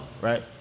right